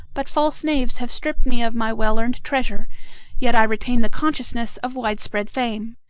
but false knaves have stripped me of my well-earned treasure yet i retain the consciousness of wide spread fame.